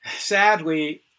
sadly